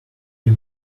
you